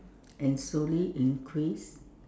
and slowly increase